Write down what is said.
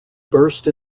burst